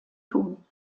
tun